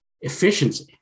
efficiency